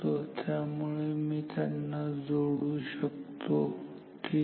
त्यामुळे मी त्यांना जोडू शकतो ठीक आहे